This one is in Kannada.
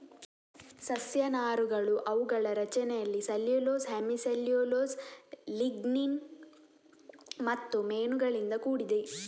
ಸಸ್ಯ ನಾರುಗಳು ಅವುಗಳ ರಚನೆಯಲ್ಲಿ ಸೆಲ್ಯುಲೋಸ್, ಹೆಮಿ ಸೆಲ್ಯುಲೋಸ್, ಲಿಗ್ನಿನ್ ಮತ್ತು ಮೇಣಗಳಿಂದ ಕೂಡಿದೆ